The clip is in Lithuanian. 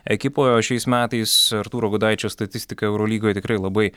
ekipoj o šiais metais artūro gudaičio statistika eurolygoj tikrai labai